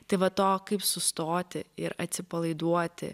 tai va to kaip sustoti ir atsipalaiduoti